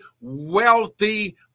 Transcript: wealthy